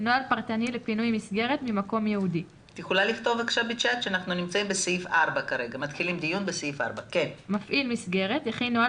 "נוהל פרטני לפינוי מסגרת ממקום ייעודי 4. מפעיל מסגרת יכין נוהל